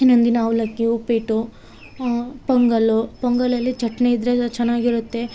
ಇನ್ನೊಂದಿನ ಅವಲಕ್ಕಿ ಉಪ್ಪಿಟ್ಟು ಪೊಂಗಲ್ಲು ಪೊಂಗಲಲ್ಲಿ ಚಟ್ನಿ ಇದ್ರೆ ಚೆನ್ನಾಗಿರುತ್ತೆ